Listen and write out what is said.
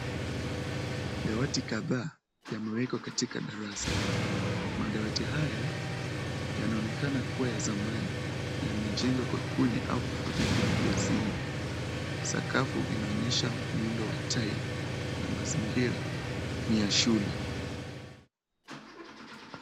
Dawati kadhaa yamewekwa katika darasa. Madawati haya yanaonekana kuwa ya zamani na yamejengwa kwa kuni au vifaa vingine vya asili. Sakafu inaonyesha muundo wa tile na mazingira ni ya shule.